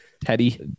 Teddy